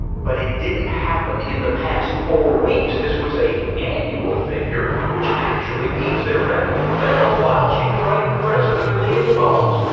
but it didn't happen in the past four weeks. this was an annual figure which actually means their revenue failed while she was running for president and leading the polls.